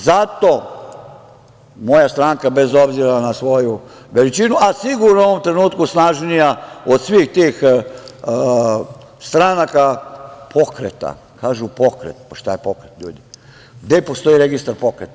Zato moja stranka, bez obzira na svoju veličinu, a sigurno je u ovom trenutku snažnija od svih tih stranaka, pokreta, kažu - pokret, a šta je pokret, ljudi, gde postoji registar pokreta?